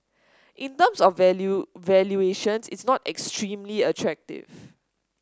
in terms of valuate valuations it's not extremely attractive